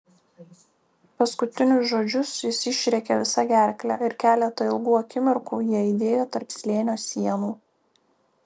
paskutinius žodžius jis išrėkė visa gerkle ir keletą ilgų akimirkų jie aidėjo tarp slėnio sienų